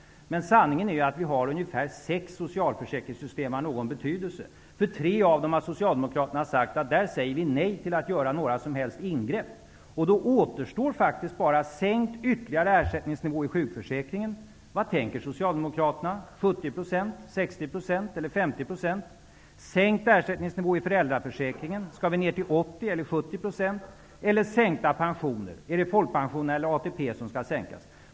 Sanningen är ju att vi har ungefär sex socialförsäkringssystem av någon betydelse. För tre av dem har Socialdemokraterna sagt nej till att göra några som helst ingrepp. Då återstår faktiskt bara ytterligare sänkt ersättningsnivå i sjukförsäkringen -- vad anser 50 %?--, sänkt ersättningsnivå i föräldraförsäkringen -- skall vi ner till 80 eller 70 %?-- eller sänkta pensioner. Är det folkpensionen eller ATP som skall sänkas?